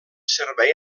servei